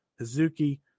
Hizuki